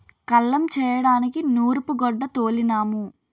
కల్లం చేయడానికి నూరూపుగొడ్డ తోలినాము